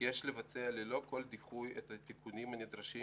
יש לבצע ללא כל דיחוי את התיקונים הנדרשים